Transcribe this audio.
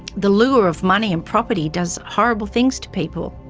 the lure of money and property does horrible things to people,